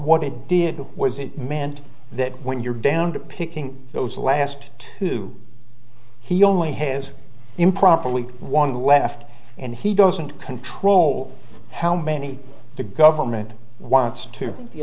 what it did was it meant that when you're down to picking those last two he only has improperly one left and he doesn't control how many the government wants to think the